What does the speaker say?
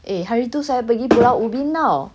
eh hari tu saya pergi pulau ubin [tau]